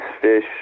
fish